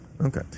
Okay